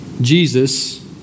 Jesus